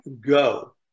go